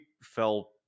felt